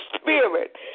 spirit